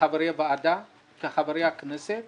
כחברי ועדה וכחברי הכנסת